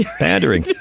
pandering.